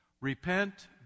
Repent